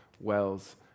wells